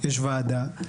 יש ועדה.